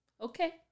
okay